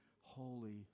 holy